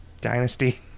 dynasty